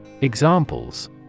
Examples